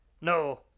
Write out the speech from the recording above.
No